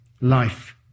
life